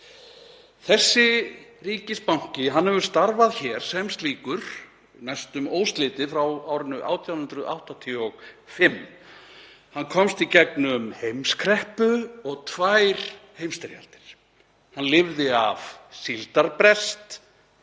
Þessi ríkisbanki hefur starfað hér sem slíkur næstum óslitið frá árinu 1885. Hann komst í gegnum heimskreppu og tvær heimsstyrjaldir. Hann lifði af síldarbrest,